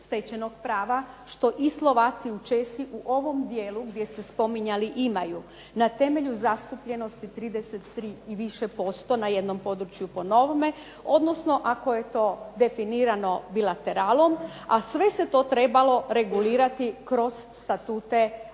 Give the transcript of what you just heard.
stečenog prava što i Slovac i Česi u ovom dijelu gdje ste spominjali imaju na temelju zastupljenosti 33 i više posto na jednom području po novome, odnosno ako je to definirano bilateralom a sve se to trebalo regulirati kroz statute